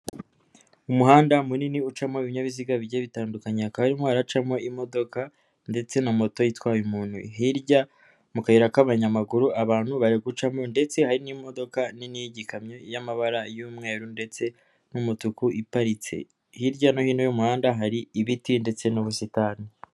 Umuhanda munini ucamo ibinyabiziga bigiye bitandukanye, hakaba harimo haracamo imodoka ndetse na moto itwaye umuntu, hirya mu kayira k'abanyamaguru abantu bari gucamo ndetse hari n'imodoka nini y'igikamyo y'amabara y'umweru ndetse n'umutuku iparitse, hirya no hino y'umuhanda hari ibiti ndetse n'ubusitani.